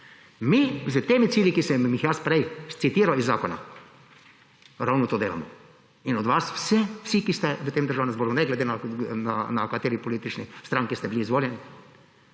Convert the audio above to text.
Mi s temi cilji, ki sem jih jaz prej scitiral iz zakona, ravno to delamo. Vsi, ki ste v tem državnem zboru, ne glede na kateri politični stranki ste bili izvoljeni,